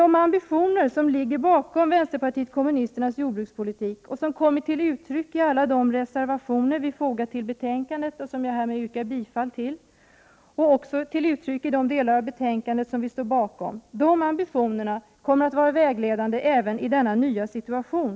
De ambitioner som ligger bakom vpk:s jordbrukspolik och som kommer till uttryck i alla de reservation vi fogat till betänkandet, och som jag härmed yrkar bifall till, och i de delar av betänkandet vi står bakom, kommer att vara vägledande även i denna nya situation.